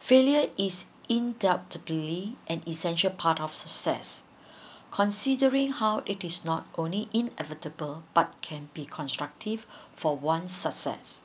failure is in-doubtingly an essential part of success considering how it is not only inevitable but can be constructive for one success